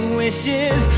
wishes